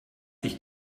dich